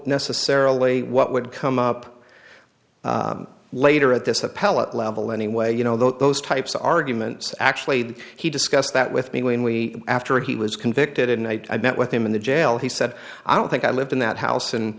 necessarily what would come up later at this appellate level anyway you know those types of arguments actually that he discussed that with me when we after he was convicted and i met with him in the jail he said i don't think i lived in that house and